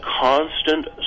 constant